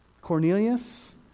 Cornelius